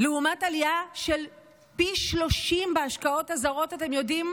לעומת עלייה של פי 30 בהשקעות הזרות, אתם יודעים